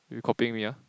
you copying me ya